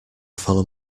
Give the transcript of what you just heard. follow